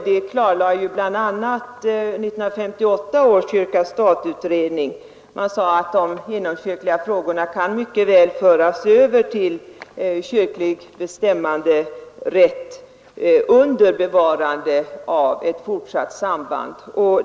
Det klarlade bl.a. 1958 års kyrka—stat-utredning. Den sade att de inomkyrkliga frågorna mycket väl kunde föras över till kyrklig bestämmanderätt under bevarande av ett fortsatt samband.